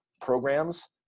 programs